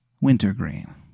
wintergreen